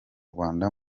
rwanda